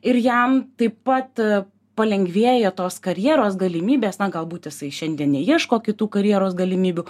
ir jam taip pat palengvėja tos karjeros galimybės na galbūt jisai šiandien neieško kitų karjeros galimybių